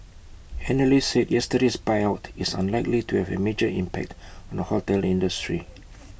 analysts said yesterday's buyout is unlikely to have A major impact on the hotel industry